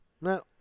No